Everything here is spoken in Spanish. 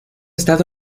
estado